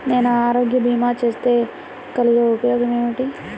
నేను ఆరోగ్య భీమా చేస్తే కలిగే ఉపయోగమేమిటీ?